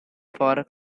for